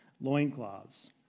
loincloths